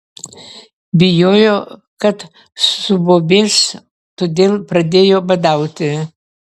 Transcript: bijojo kad subobės todėl pradėjo badauti